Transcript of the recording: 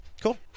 Cool